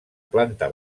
planta